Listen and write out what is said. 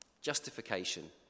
Justification